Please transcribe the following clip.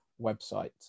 website